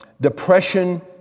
Depression